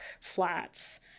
flats